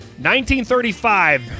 1935